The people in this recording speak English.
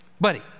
Buddy